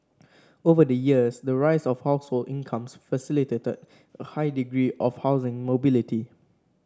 over the years the rise of household incomes facilitated a high degree of housing mobility